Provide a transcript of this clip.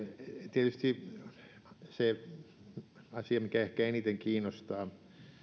tietysti se asia mikä ehkä eniten kiinnostaa